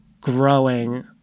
growing